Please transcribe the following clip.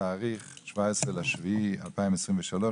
התאריך 17.7.2023,